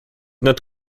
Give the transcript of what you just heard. not